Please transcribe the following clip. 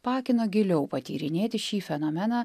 paakino giliau patyrinėti šį fenomeną